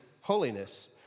holiness